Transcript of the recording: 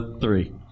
three